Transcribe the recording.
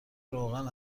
روغن